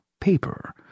paper